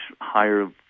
higher